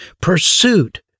Pursuit